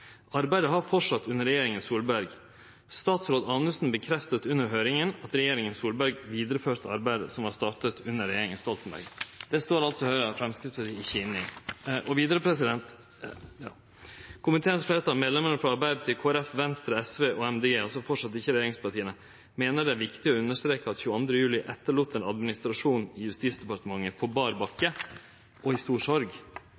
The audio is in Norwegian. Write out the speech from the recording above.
Arbeidet har fortsatt under regjeringen Solberg. Statsråd Anundsen bekreftet under høringen at regjeringen Solberg videreførte arbeidet som var startet under regjeringen Stoltenberg.» Den merknaden er altså Høgre og Framstegspartiet ikkje med på. Vidare står det: «Komiteens flertall, medlemmene fra Arbeiderpartiet, Kristelig Folkeparti, Venstre, Sosialistisk Venstreparti og Miljøpartiet De Grønne, mener det er viktig å understreke at 22. juli etterlot en administrasjon i Justisdepartementet på bar bakke og i stor sorg.